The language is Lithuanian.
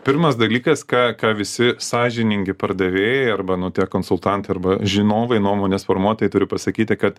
pirmas dalykas ką ką visi sąžiningi pardavėjai arba nu tie konsultantai arba žinovai nuomonės formuotojai turi pasakyti kad